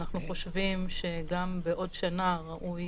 אנחנו חושבים שגם בעוד שנה ראוי